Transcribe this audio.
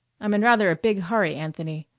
i'm in rather a big hurry, anthony.